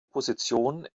position